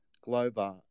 Glover